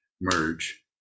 merge